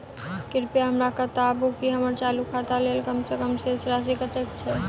कृपया हमरा बताबू की हम्मर चालू खाता लेल कम सँ कम शेष राशि कतेक छै?